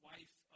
Wife